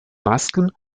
masken